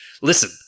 Listen